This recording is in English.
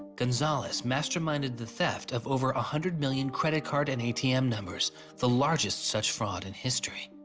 gonzalez masterminded the theft of over a hundred million credit card and atm numbers the largest such fraud in history.